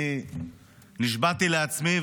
אני נשבעתי לעצמי,